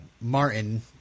Martin